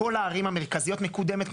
בכל הערים המרכזיות מקודמת,